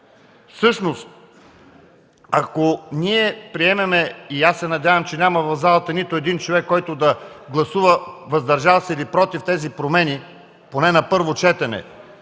Всъщност, ако ние приемем, и аз се надявам, че в залата няма нито един човек, който да гласува „въздържал се” или „против” тези промени, поне на първо четене,